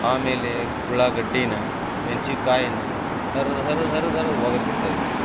ಆಮೇಲೆ ಉಳ್ಳಾಗಡ್ಡಿನ ಮೆನ್ಸಿಕಾಯಿನ ಹರ್ದು ಹರ್ದು ಹರ್ದು ಹರ್ದು ಒಗ್ದು ಬಿಡ್ತೈತೆ ರೀ